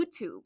YouTube